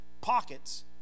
pockets